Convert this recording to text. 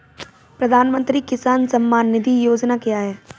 प्रधानमंत्री किसान सम्मान निधि योजना क्या है?